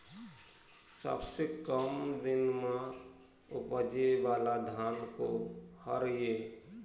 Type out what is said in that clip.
सबसे कम दिन म उपजे वाला धान कोन हर ये?